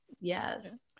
Yes